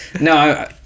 no